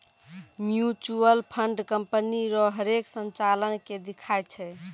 mutual fund company रो हरेक संचालन के दिखाय छै